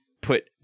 put